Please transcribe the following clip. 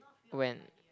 when